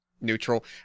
neutral